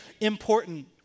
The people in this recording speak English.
important